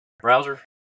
browser